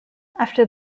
after